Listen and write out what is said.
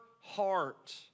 heart